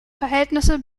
verhältnisse